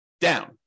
down